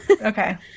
Okay